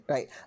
Right